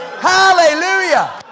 Hallelujah